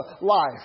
life